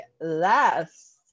last